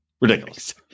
Ridiculous